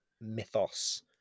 mythos